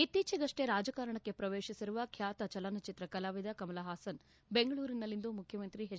ಇತ್ತೀಚೆಗಪ್ಲೆ ರಾಜಕಾರಣಕ್ಕೆ ಪ್ರವೇಶಿಸಿರುವ ಖ್ಯಾತ ಚಲನಚಿತ್ರ ಕಲಾವಿದ ಕಮಲಹಾಸನ್ ಬೆಂಗಳೂರಿನಲ್ಲಿಂದು ಮುಖ್ಯಮಂತ್ರಿ ಎಚ್